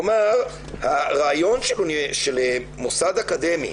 כלומר, הרעיון של מוסד אקדמי,